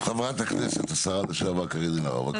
חברת הכנסת השרה לשעבר קארין אלהרר, בבקשה.